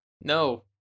no